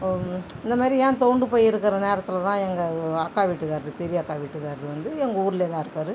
இந்த மாரி ஏன் துவண்டு போயிருக்கிற நேரத்தில்தான் எங்கள் அக்கா வீட்டுக்காரரு பெரிய அக்கா வீட்டுக்காரரு வந்து எங்கள் ஊரில்தான் இருக்கார்